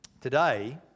today